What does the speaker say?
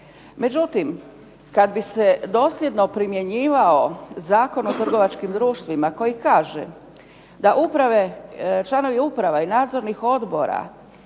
Međutim, kada bi se dosljedno primjenjivao Zakon o trgovačkim društvima koji kaže, da članovi uprave i nadzornih odbora